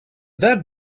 that